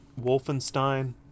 Wolfenstein